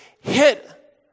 hit